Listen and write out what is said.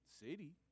city